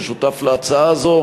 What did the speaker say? ששותף להצעה הזאת,